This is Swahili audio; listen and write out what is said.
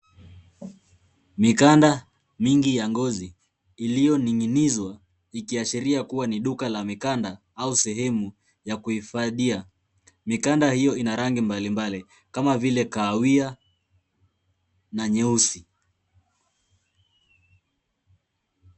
Mikanda mingi ya ngozi iliyoning'inizwa ikiashiria kuwa ni duka la mikanda au sehemu ya kuhifadhia. Mikanda hiyo ina rangi mbalimbali kama vile kahawia na nyeusi.